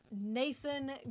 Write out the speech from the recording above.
Nathan